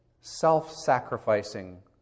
self-sacrificing